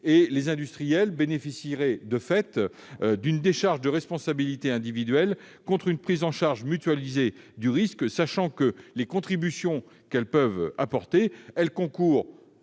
et les industriels bénéficieraient, de fait, d'une décharge de responsabilité individuelle contre une prise en charge mutualisée du risque, sachant que les contributions qu'ils peuvent apporter concourent